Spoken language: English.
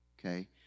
Okay